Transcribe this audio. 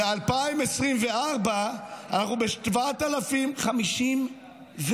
ב-2024 אנחנו ב-7,054,